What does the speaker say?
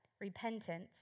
repentance